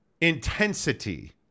intensity